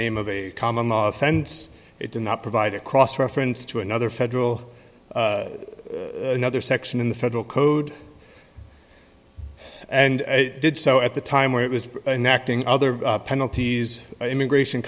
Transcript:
name of common sense it did not provide a cross reference to another federal section in the federal code and it did so at the time where it was an acting other penalties immigration